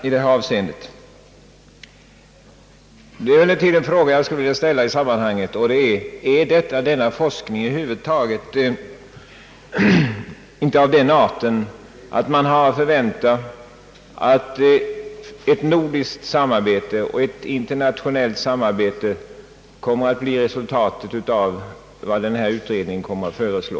Jag måste emellertid i detta sammanhang ställa frågan, om denna forskning över huvud taget inte är av den arten att man har att förvänta att ett nordiskt och ett internationellt samarbete blir resultatet av vad utredningen kommer att föreslå.